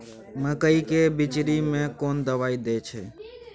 मकई के बिचरी में कोन दवाई दे छै?